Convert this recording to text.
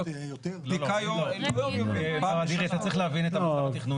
מר אדירי, אתה צריך להבין את המצב התכנוני.